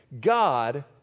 God